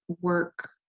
work